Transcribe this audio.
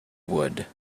wood